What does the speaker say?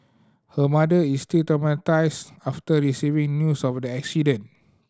her mother is still traumatised after receiving news of the accident